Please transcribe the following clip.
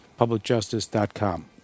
Publicjustice.com